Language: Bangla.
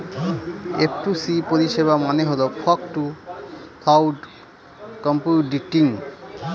এফটুসি পরিষেবা মানে হল ফগ টু ক্লাউড কম্পিউটিং